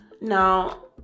Now